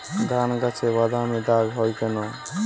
ধানগাছে বাদামী দাগ হয় কেন?